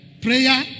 prayer